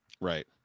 Right